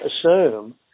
assume